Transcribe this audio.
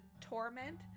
torment